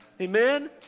Amen